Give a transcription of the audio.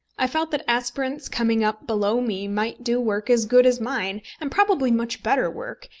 i felt that aspirants coming up below me might do work as good as mine, and probably much better work,